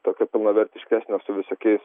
tokio pilnavertiškesnio su visokiais